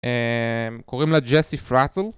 קוראים לה ג'סי פראצל